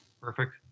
Perfect